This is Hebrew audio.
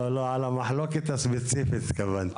לא, על המחלוקת הספציפית התכוונתי.